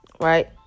Right